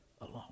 alone